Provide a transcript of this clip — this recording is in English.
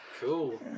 Cool